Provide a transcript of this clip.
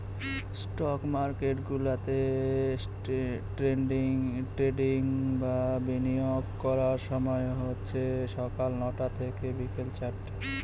stock market গুলাতে trading বা বিনিয়োগ করার সময় হচ্ছে সকাল নটা থেকে বিকেল চারটে